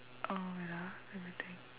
uh wait ah let me think